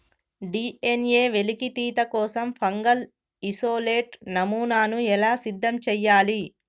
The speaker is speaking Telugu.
డి.ఎన్.ఎ వెలికితీత కోసం ఫంగల్ ఇసోలేట్ నమూనాను ఎలా సిద్ధం చెయ్యాలి?